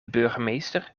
burgemeester